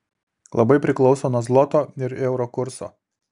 labai priklauso nuo zloto ir euro kurso